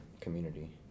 community